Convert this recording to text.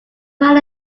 ran